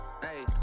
Hey